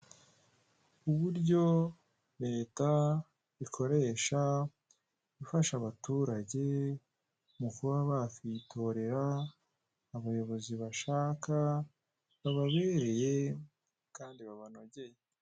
Uburyo leta ikoresha ifasha abaturage mu kuba bakitorera abayobozi bashaka, bababereye kandi babanogeye.